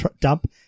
dump